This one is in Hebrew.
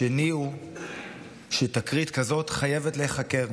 השני הוא שתקרית כזאת חייבת להיחקר.